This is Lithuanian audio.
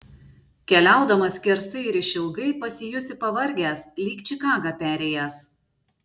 keliaudamas skersai ir išilgai pasijusi pavargęs lyg čikagą perėjęs